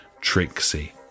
Trixie